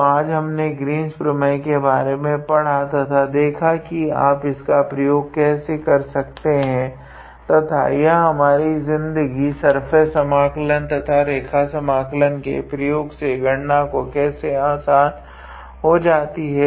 तो आज हमने ग्रीन्स प्रमेय के बारे में पढ़ा तथा देखा की आप इसका प्रयोग कैसे कर सकते है तथा यह हमारी जिंदगी सर्फेस समाकलन या रेखा समाकलन के प्रयोग से गणना कैसे आसान हो जाती है